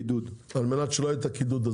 על מנת שלא יהיה את הקידוד,